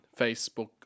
Facebook